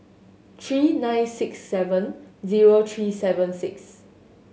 three nine six seven zero three seven six